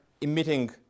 emitting